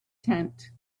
tent